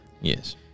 Yes